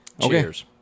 cheers